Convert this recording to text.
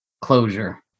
closure